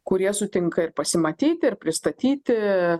kurie sutinka ir pasimatyti ir pristatyti